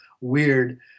weird